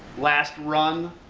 last run,